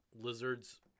lizards